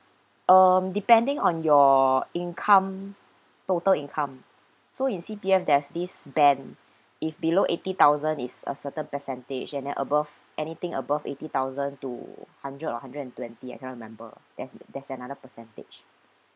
um depending on your income total income so in C_P_F there's this band if below eighty thousand is a certain percentage and then above anything above eighty thousand to hundred or hundred and twenty I cannot remember there's there's another percentage